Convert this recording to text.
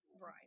Right